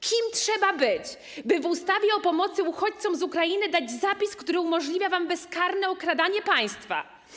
Kim trzeba być, by w ustawie o pomocy uchodźcom z Ukrainy dać zapis, który umożliwia wam bezkarne okradanie państwa?